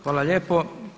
Hvala lijepo.